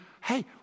hey